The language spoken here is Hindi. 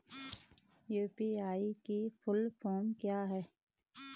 यु.पी.आई की फुल फॉर्म क्या है?